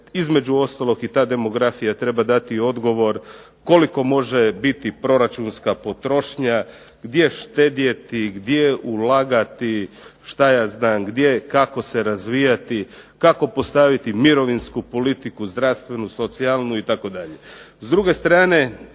između ostalog i ta demografija treba dati odgovor koliko može biti proračunska potrošnja, gdje štedjeti, gdje ulagati, šta ja znam, gdje, kako se razvijati. Kako postaviti mirovinsku politiku, zdravstvenu, socijalnu itd. S druge strane